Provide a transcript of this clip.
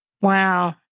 Wow